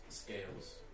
Scales